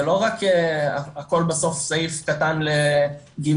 זה לא הכול בסוף סעיף קטן לגימל,